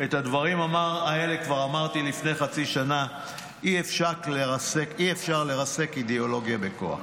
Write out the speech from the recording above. את הדברים האלה כבר אמרתי לפני חצי שנה: אי-אפשר לרסק אידיאולוגיה בכוח.